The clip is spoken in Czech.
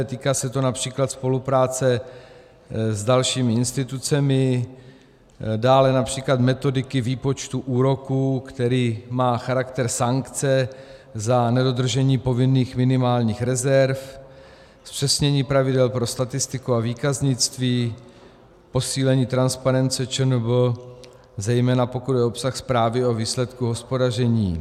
Týká se to například spolupráce s dalšími institucemi, dále například metodiky výpočtů úroku, který má charakter sankce za nedodržení povinných minimálních rezerv, zpřesnění pravidel pro statistiku a výkaznictví, posílení transparence ČNB, zejména pokud jde o obsah zprávy o výsledku hospodaření.